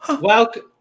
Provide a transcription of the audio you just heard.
Welcome